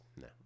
No